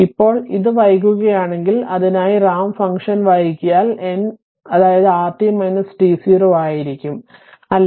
ഇപ്പോൾ ഇത് വൈകുകയാണെങ്കിൽ അതിനായി റാമ്പ് ഫംഗ്ഷൻ വൈകിയാൽ n അത് rt t0 ആയിരിക്കും അല്ലേ